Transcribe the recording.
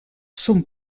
són